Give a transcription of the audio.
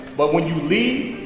but when you leave,